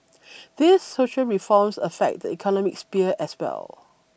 these social reforms affect the economic sphere as well